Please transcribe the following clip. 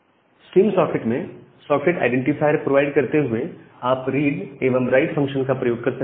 stream socket में socket identifier provide करते हुए आप रीड एवं राइट फंक्शन का प्रयोग कर सकते हैं